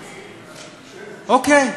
אוקיי.